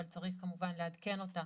אבל צריך כמובן לעדכן אותה,